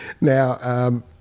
Now